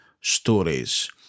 stories